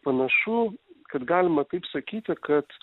panašu kad galima taip sakyti kad